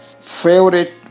favorite